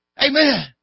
Amen